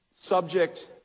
subject